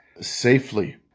safely